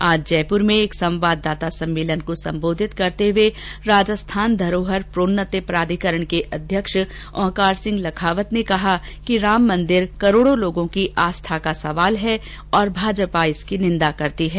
आज जयपुर में एक संवाददाता सम्मेलन को संबोधित करते हुए राजस्थान धरोहर प्रोन्नति प्राधिकरण के अध्यक्ष ओंकार सिंह लखावत ने कहा कि राममंदिर करोड़ों लोगों की आस्था का सवाल है और भाजपा इसकी निंदा करती है